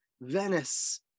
Venice